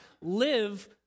live